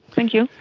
thank you.